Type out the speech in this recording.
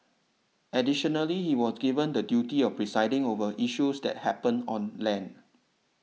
additionally he was given the duty of presiding over issues that happen on land